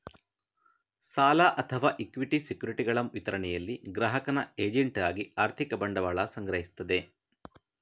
ಸಾಲ ಅಥವಾ ಇಕ್ವಿಟಿ ಸೆಕ್ಯುರಿಟಿಗಳ ವಿತರಣೆಯಲ್ಲಿ ಗ್ರಾಹಕನ ಏಜೆಂಟ್ ಆಗಿ ಆರ್ಥಿಕ ಬಂಡವಾಳ ಸಂಗ್ರಹಿಸ್ತದೆ